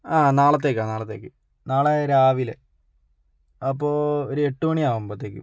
ആ നാളത്തേയ്ക്കാണ് നാളത്തേയ്ക്ക് നാളെ രാവിലെ അപ്പോൾ ഒരെട്ട് മണി ആകുമ്പത്തേക്കും